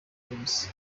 james